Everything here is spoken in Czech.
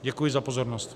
Děkuji za pozornost.